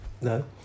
No